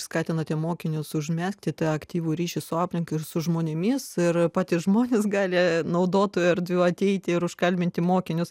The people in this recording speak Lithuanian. skatinate mokinius užmesti tą aktyvų ryšį su aplinka ir su žmonėmis ir pati žmonės gali naudotų erdvių ateiti ir užkalbinti mokinius